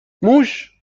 موش